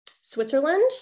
Switzerland